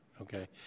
okay